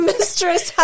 Mistress